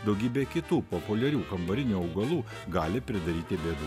daugybė kitų populiarių kambarinių augalų gali pridaryti bėdų